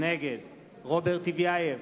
נגד רוברט טיבייב,